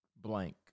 blank